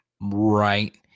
right